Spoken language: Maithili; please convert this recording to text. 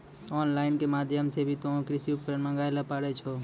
ऑन लाइन के माध्यम से भी तोहों कृषि उपकरण मंगाय ल पारै छौ